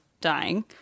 dying